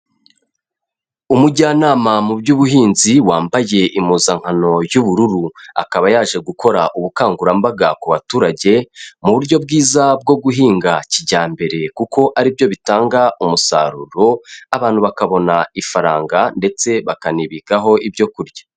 Umujyanama mu by'ubuhinzi wambaye impuzankano y'ubururu, akaba yaje gukora ubukangurambaga ku baturage, mu buryo bwiza bwo guhinga kijyambere kuko ari byo bitanga umusaruro, abantu bakabona ifaranga ndetse bakanibikaho ibyo kurya.